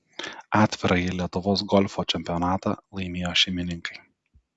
atvirąjį lietuvos golfo čempionatą laimėjo šeimininkai